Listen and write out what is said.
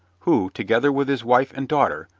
who, together with his wife and daughter,